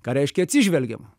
ką reiškia atsižvelgiama